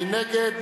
מי נגד?